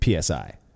PSI